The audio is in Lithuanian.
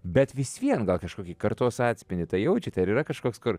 bet vis vien gal kažkokį kartos atspindį tą jaučiate ar yra kažkoks kur